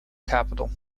capital